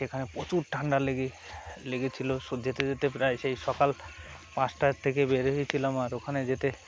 সেখানে প্রচুর ঠান্ডা লেগে লেগেছিলো স যেতে যেতে প্রায় সেই সকাল পাঁচটার থেকে বের হয়েছিলাম আর ওখানে যেতে